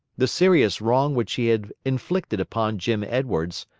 the serious wrong which he had inflicted upon jim edwards,